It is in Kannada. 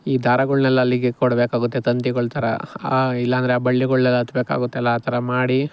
ಈ ದಾರಗಳ್ನೆಲ್ಲ ಅಲ್ಲಿಗೆ ಕೊಡಬೇಕಾಗುತ್ತೆ ತಂತಿಗಳು ಥರ ಆ ಇಲ್ಲಾಂದರೆ ಆ ಬಳ್ಳಿಗಳ್ನೆಲ್ಲ ಹತ್ಬೇಕಾಗುತ್ತಲ್ಲ ಆ ಥರ ಮಾಡಿ